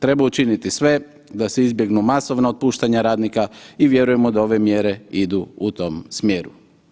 Treba učiniti sve da se izbjegnu masovna otpuštanja radnika i vjerujemo da ove mjere idu u tom smjeru.